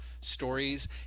stories